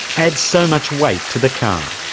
add so much weight to the car.